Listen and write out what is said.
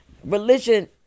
Religion